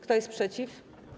Kto jest przeciw?